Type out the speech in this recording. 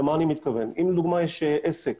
אם לדוגמה יש עסק